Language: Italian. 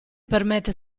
permette